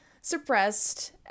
suppressed